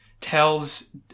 tells